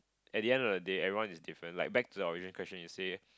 at the end of the day everyone is different like back to the original question you say